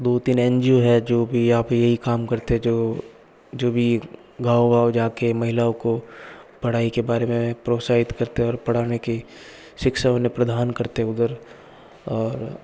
दो तीन NGO है जो भी आपके लिए काम करते हैं जो जो भी गाँव गाँव जाके महिलाओं को पढ़ाई के बारे में प्रोत्साहित करते हैं और पढाने की शिक्षा उन्हें प्रदान करते उधर और